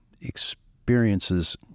experiences